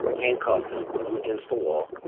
handcuffed him, put him against the wall,